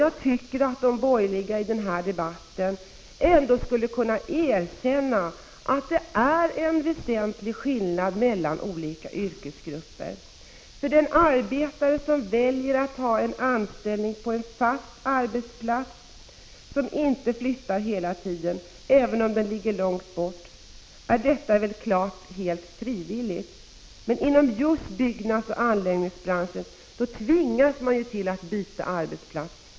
Jag tycker att de borgerliga ändå skulle kunna erkänna att det är en väsentlig skillnad mellan olika yrkesgrupper. Om en arbetare väljer att ta anställning på en fast arbetsplats och inte flyttar hela tiden, även om arbetsplatsen ligger långt bort, är det väl helt klart fråga om frivillighet. Men inom just byggnadsoch anläggningsbranschen tvingas man ju till att byta arbetsplats.